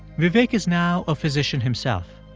vivek is now a physician himself.